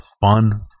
fun